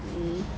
mm